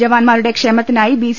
ജവാന്മാരുടെ ക്ഷേമത്തിനായി ബിസി